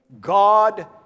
God